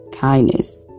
kindness